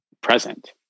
present